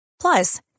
Plus